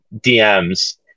DMs